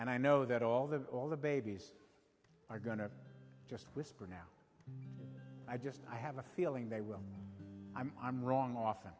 and i know that all the all the babies are going to just whisper now i just i have a feeling they will i'm wrong often